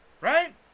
Right